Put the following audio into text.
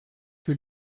que